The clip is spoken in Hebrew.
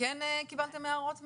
וכן קיבלתם הערות מהציבור?